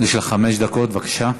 יש לך חמש דקות, בבקשה.